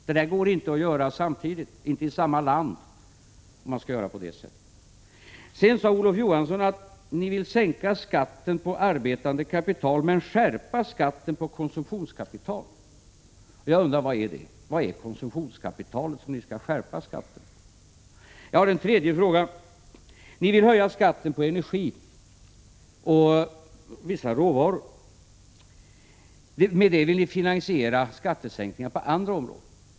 Det går inte att göra samtidigt och i samma land. Olof Johansson sade att ni vill sänka skatten på arbetande kapital men skärpa skatten på konsumtionskapital. Jag undrar vad som är konsumtionskapital, som ni skall skärpa skatten på. Jag har en tredje fråga. Ni vill höja skatten på energi och vissa råvaror. Med det vill ni finansiera skattesänkningar på andra områden.